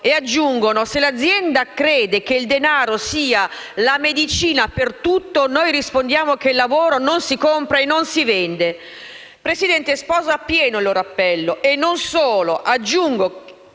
aggiungendo che se l'azienda crede che il denaro sia la medicina per tutto loro rispondono che il lavoro non si compra e non si vende. Presidente, sposo appieno il loro appello e non solo: aggiungo